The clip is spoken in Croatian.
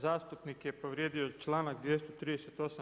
Zastupnik je povrijedio članak 238.